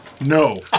No